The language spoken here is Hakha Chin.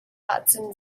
ahcun